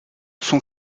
son